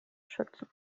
schützen